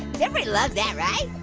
everybody loves that, right?